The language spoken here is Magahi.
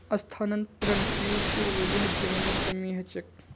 स्थानांतरण कृशिर वजह जंगलेर कमी ह छेक